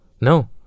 no